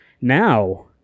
now